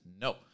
No